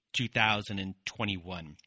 2021